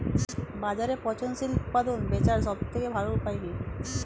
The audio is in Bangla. বাজারে পচনশীল উৎপাদন বেচার সবথেকে ভালো উপায় কি?